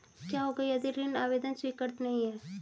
क्या होगा यदि ऋण आवेदन स्वीकृत नहीं है?